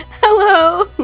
hello